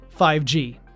5G